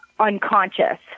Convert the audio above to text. Unconscious